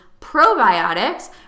probiotics